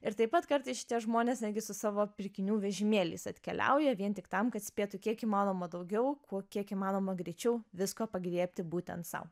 ir taip pat kartais šitie žmonės netgi su savo pirkinių vežimėliais atkeliauja vien tik tam kad spėtų kiek įmanoma daugiau kuo kiek įmanoma greičiau visko pagriebti būtent sau